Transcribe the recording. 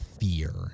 fear